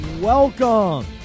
Welcome